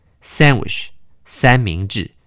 sandwich,三明治